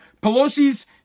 Pelosi's